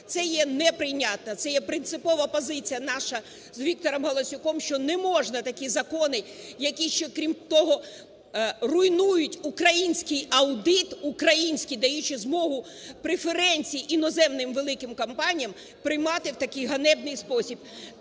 це є неприйнятне. Це є принципова позиція наша з Віктором Галасюком, що не можна такі закони, які ще, крім того, руйнують український аудит, український, даючи змогу преференцій іноземним великим компаніям приймати в такий ганебний спосіб.